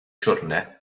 siwrne